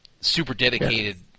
super-dedicated